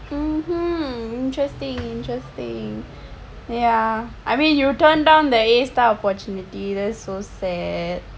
mm interesting interesting ya I mean you turned down the a star opportunity that's so sad